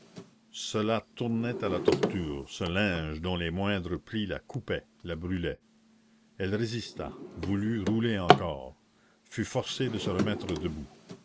cela tournait à la torture ce linge dont les moindres plis la coupaient la brûlaient elle résista voulut rouler encore fut forcée de se remettre debout